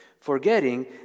forgetting